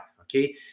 Okay